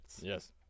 Yes